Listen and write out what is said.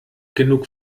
genug